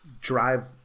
drive